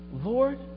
Lord